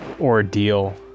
ordeal